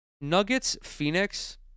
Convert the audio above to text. Nuggets-Phoenix